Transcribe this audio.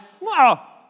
wow